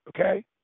Okay